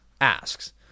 asks